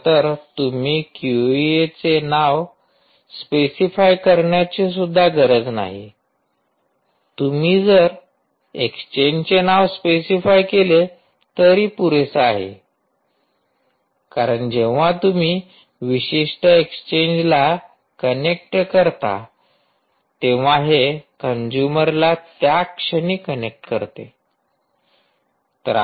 खरंतर तुम्ही क्यूएईचे नाव स्पेसिफाय करण्याची सुद्धा गरज नाही तुम्ही जर एक्सचेंजचे नाव स्पेसिफाय केले तरी पुरेसा आहे कारण जेव्हा तुम्ही विशिष्ट एक्सचेंजला कनेक्ट करता तेव्हा हे कंजूमरला त्याक्षणी कनेक्ट करते